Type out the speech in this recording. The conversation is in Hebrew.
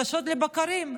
חדשות לבקרים,